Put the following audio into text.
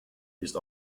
ist